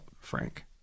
frank